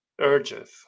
urges